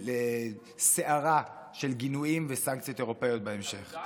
לסערה של גינויים וסנקציות אירופיות בהמשך.